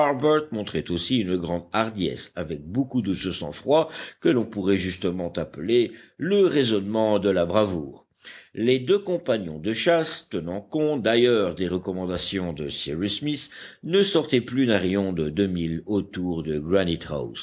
montrait aussi une grande hardiesse avec beaucoup de ce sang-froid que l'on pourrait justement appeler le raisonnement de la bravoure les deux compagnons de chasse tenant compte d'ailleurs des recommandations de cyrus smith ne sortaient plus d'un rayon de deux milles autour de